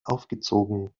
aufgezogen